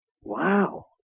Wow